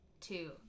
two